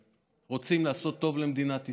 רוצים לעשות טוב למדינת ישראל,